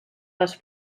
les